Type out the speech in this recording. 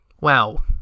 Wow